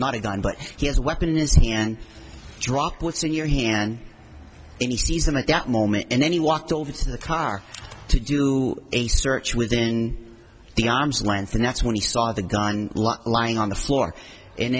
not a gun but he has a weapon in his hand droplets in your hand and he sees them at that moment and then he walked over to the car to do a search within the arm's length and that's when he saw the gun lying on the floor and